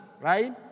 right